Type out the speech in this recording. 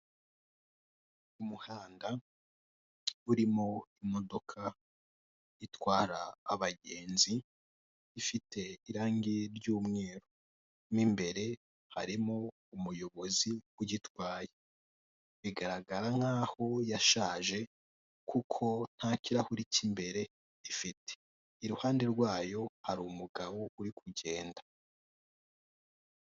Umuhanda urimo imdodoka itwara abagenzi ifite irangi ry'umweru ,bigaragara ko itwara abagenzi ifite irangi ry'umweru mimbere harimo umuyobozi uyitwaye ,bigaragara nk'aho yashaje kuko nta kirahure cy'imbere ifite ,iruhande rwayo hari umugabo uri kugenda.